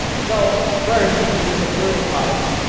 so, first you can use affiliate products.